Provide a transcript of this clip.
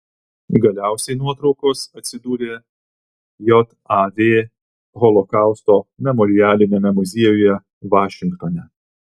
galiausiai nuotraukos atsidūrė jav holokausto memorialiniame muziejuje vašingtone